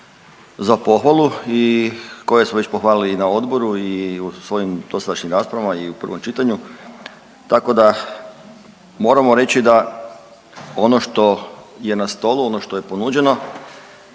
za pohvalu i koje smo već pohvalili i na odboru i u svojim dosadašnjim raspravama i u prvom čitanju, tako da, moramo reći da ono što je na stolu, ono što je ponuđeno,